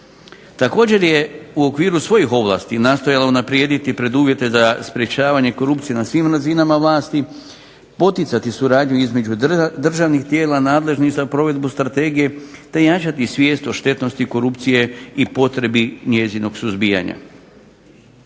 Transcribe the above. Također je u okviru svojih ovlasti nastojalo unaprijediti preduvjete za sprečavanje korupcije na svim razinama vlasti, poticati suradnju između državnih tijela nadležnih za provedbu strategije te jačati svijest o štetnosti korupcije i potrebi njezinog suzbijanja.